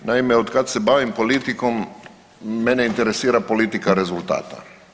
Naime, kad se bavim politikom, mene interesira politika rezultata.